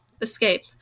Escape